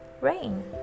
Rain